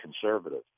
conservative